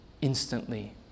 instantly